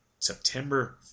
September